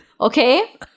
okay